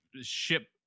ship